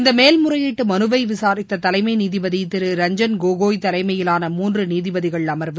இந்தமேல்முறையீட்டுமனுவைவிசாரித்ததலைமைநீதிபதிதிரு ரஞ்ஜன் கோகோப் தலைமையிலான மூன்றுநீதிபதிகள் அமா்வு